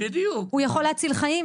הוא יכול להציל חיים?